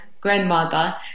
grandmother